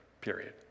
period